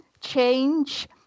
change